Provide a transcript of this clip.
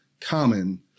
common